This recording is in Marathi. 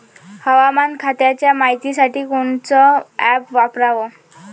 हवामान खात्याच्या मायतीसाठी कोनचं ॲप वापराव?